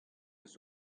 eus